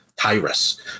Tyrus